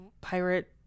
pirate